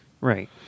Right